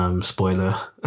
Spoiler